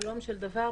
חלום של דבר.